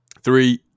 Three